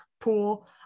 pool